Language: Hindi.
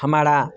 हमारी